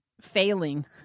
failing